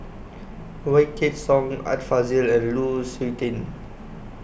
Wykidd Song Art Fazil and Lu Suitin